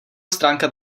stránka